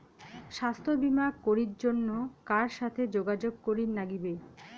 স্বাস্থ্য বিমা করির জন্যে কার সাথে যোগাযোগ করির নাগিবে?